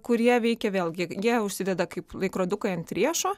kurie veikia vėlgi jie užsideda kaip laikrodukai ant riešo